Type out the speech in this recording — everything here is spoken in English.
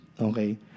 Okay